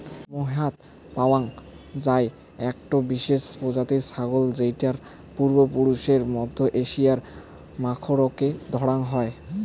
মোহেয়াৎ পাওয়াং যাই একটো বিশেষ প্রজাতির ছাগল যৌটার পূর্বপুরুষ মধ্য এশিয়ার মাখরকে ধরাং হই